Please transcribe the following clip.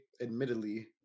admittedly